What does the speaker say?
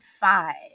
five